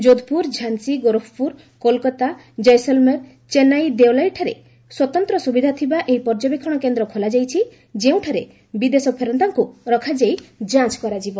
ଯୋଧ୍ପୁର ଝାନ୍ସୀ ଗୋରଖପୁର କୋଲ୍କାତା ଜୈସଲ୍ମେର୍ ଚେନ୍ନାଇ ଦେଓଲାଇଠାରେ ସ୍ୱତନ୍ତ୍ର ସୁବିଧା ଥିବା ଏହି ପର୍ଯ୍ୟବେକ୍ଷଣ କେନ୍ଦ୍ର ଖୋଲାଯାଇଛି ଯେଉଁଠାରେ ବିଦେଶ ଫେରନ୍ତାଙ୍କୁ ରଖାଯାଇ ଯାଞ୍ଚ କରାଯିବ